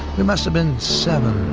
we must have been seven,